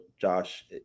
Josh